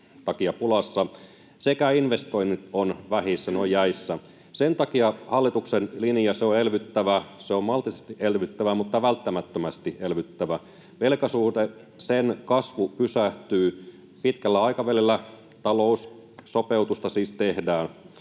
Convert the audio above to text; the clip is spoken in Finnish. takia pulassa sekä investoinnit ovat vähissä, ne ovat jäissä. Sen takia hallituksen linja on elvyttävä. Se on maltillisesti elvyttävä mutta välttämättömästi elvyttävä. Velkasuhteen kasvu pysähtyy pitkällä aikavälillä. Taloussopeutusta siis tehdään.